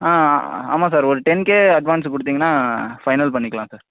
ஆ ஆமாம் சார் ஒரு ten K advance கொடுத்தீங்கன்னா ஃபைனல் பண்ணிக்கலாம் சார்